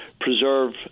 preserve